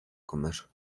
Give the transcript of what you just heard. comer